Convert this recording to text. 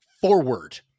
forward